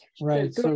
right